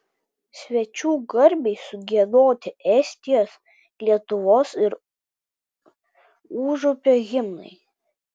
svečių garbei sugiedoti estijos lietuvos ir užupio himnai